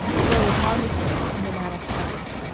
a girl of nondescript and nomadic habits.